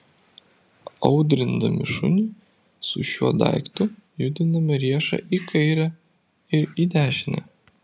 audrindami šunį su šiuo daiktu judiname riešą į kairę ir į dešinę